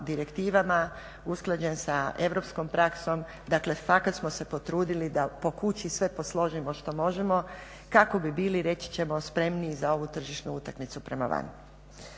direktivama, usklađen sa europskom praksom, dakle fakat smo se potrudili da po kući sve posložimo kako bi bili reći ćemo spremni za ovu tržišnu utakmicu prema van.